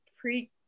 Pre